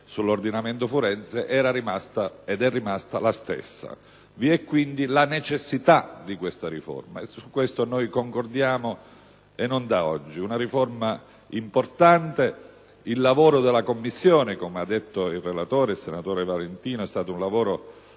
sull'ordinamento forense era ed è rimasta la stessa. Vi è quindi la necessità di approvare questa riforma e su questo concordiamo, e non da oggi. Una riforma importante. Il lavoro della Commissione, come ha detto il relatore, senatore Valentino, è stato approfondito,